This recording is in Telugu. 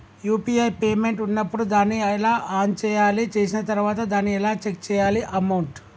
యూ.పీ.ఐ పేమెంట్ ఉన్నప్పుడు దాన్ని ఎలా ఆన్ చేయాలి? చేసిన తర్వాత దాన్ని ఎలా చెక్ చేయాలి అమౌంట్?